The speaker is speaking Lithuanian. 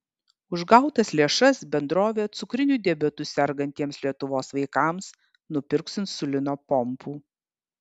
už gautas lėšas bendrovė cukriniu diabetu sergantiems lietuvos vaikams nupirks insulino pompų